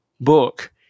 book